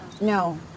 No